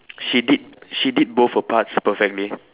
she did she did both her parts perfectly